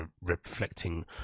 reflecting